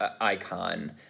icon